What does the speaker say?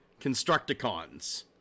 Constructicons